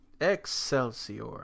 Excelsior